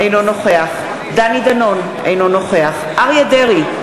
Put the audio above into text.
אינו נוכח דני דנון, אינו נוכח אריה דרעי,